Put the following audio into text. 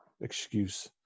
excuse